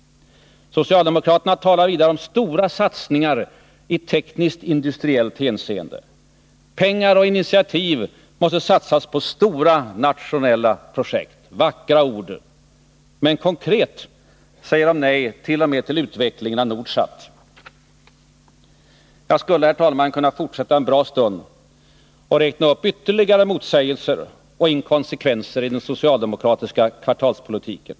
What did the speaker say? Socialdemokraterna talar vidare om stora satsningar i tekniskt-industriellt hänseende. Pengar och initiativ måste satsas på stora nationella projekt. Vackra ord — men konkret säger de nej t.o.m. till utvecklingen av Nordsat. Herr talman! Jag skulle kunna fortsätta en bra stund och räkna upp ytterligare motsägelser och inkonsekvenser i den socialdemokratiska kvartalspolitiken.